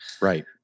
Right